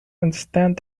understand